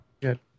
Good